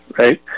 right